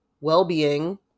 well-being